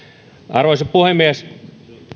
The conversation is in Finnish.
arvoisa puhemies